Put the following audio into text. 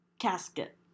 casket